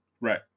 Right